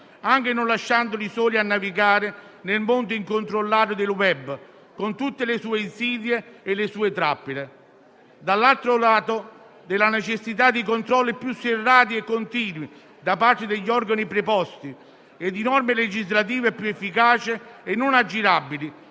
anche non lasciandoli soli a navigare nel mondo incontrollato del *web* con tutte le sue insidie e le sue trappole. Dall'altro lato, vi è la necessità di controlli più serrati e continui da parte degli organi preposti e di norme legislative più efficaci non aggirabili,